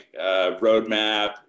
roadmap